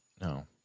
No